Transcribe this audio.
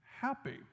happy